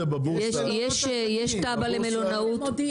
יש תב"ע למלונאות.